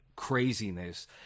craziness